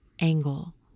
angle